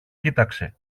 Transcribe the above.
κοίταξε